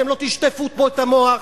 אתם לא תשטפו פה את המוח,